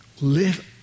Live